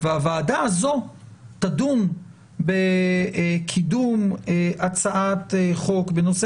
והוועדה הזו תדון בקידום הצעת חוק בנושא